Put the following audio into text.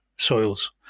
Soils